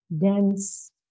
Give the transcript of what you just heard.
dense